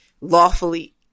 lawfully